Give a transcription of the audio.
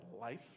life